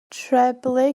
treblu